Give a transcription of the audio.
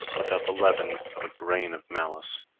without the leaven of a grain of malice,